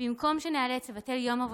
במקום שניאלץ לבטל יום עבודה,